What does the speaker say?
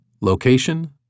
location